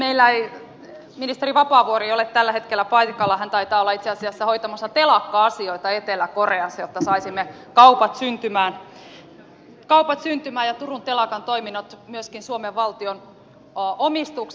meillä ei ministeri vapaavuori ole tällä hetkellä paikalla hän taitaa olla itse asiassa hoitamassa telakka asioita etelä koreassa jotta saisimme kaupat syntymään ja turun telakan toiminnot myöskin suomen valtion omistukseen